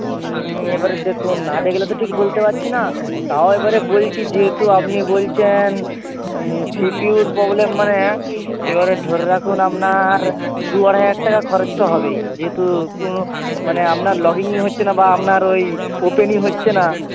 হুম এবারে দেখুন না দেখলে তো ঠিক বলতে পাচ্ছি না তাও এবারে বলছি যেয়েতু আপনি বলচেন সি পি ইউর প্রবলেম মানে এবারে ধরে রাখুন আমনার দু আড়াই হাজার টাকা খরচ তো হবেই যেহেতু কোনো মানে আপনার লগ ইন ই হচ্ছে না বা আপনার ওই ওপেনই হচ্ছে না